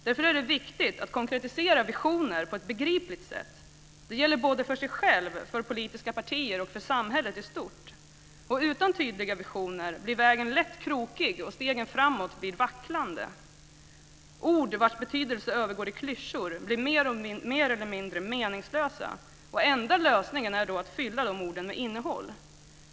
Därför är det viktigt att konkretisera visioner på ett begripligt sätt. Det gäller både för en själv, för politiska partier och för samhället i stort. Utan tydliga visioner blir vägen lätt krokig, och stegen framåt blir vacklande. Ord vilkas betydelse övergår i klyschor blir mer eller mindre meningslösa. Den enda lösningen är då att fylla dessa ord med innehåll.